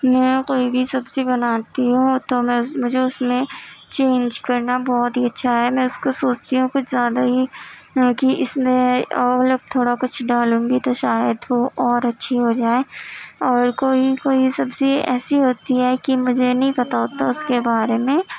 میں کوئی بھی سبزی بناتی ہوں تو میں مجھے اس میں چینج کرنا بہت ہی اچھا ہے میں اس کو سوچتی ہوں کچھ زیادہ ہی کیونکہ اس میں اور الگ تھوڑا کچھ ڈالوں گی تو شاید وہ اور اچھی ہو جائے اور کوئی کوئی سبزی ایسی ہوتی ہے کہ مجھے نہیں پتا ہوتا اس کے بارے میں